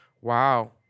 Wow